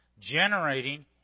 generating